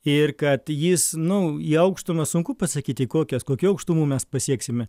ir kad jis nu į aukštumas sunku pasakyti kokias kokių aukštumų mes pasieksime